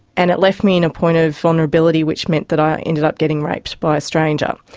and it left me in a point of vulnerability which meant that i ended up getting raped by a stranger.